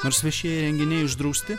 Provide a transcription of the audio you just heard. nors viešieji renginiai uždrausti